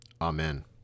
Amen